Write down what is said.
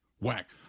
whack